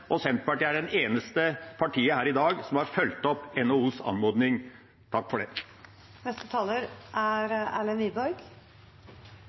og Senterpartiet er det eneste partiet her i dag som har fulgt opp NHOs anmodning.